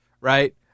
right